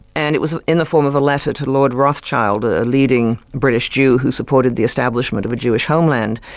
and it was in the form of a letter to lord rothschild, a a leading british jew who supported the establishment of a jewish homeland.